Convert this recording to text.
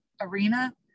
arena